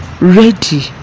ready